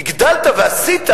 אתה הגדלת ועשית,